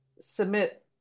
submit